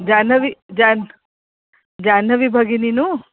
जाह्नवी जाह्नवी जाह्नवी भगिनी ननु